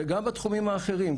וגם בתחומים האחרים,